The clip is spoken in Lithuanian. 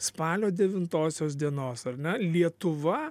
spalio devintosios dienos ar ne lietuva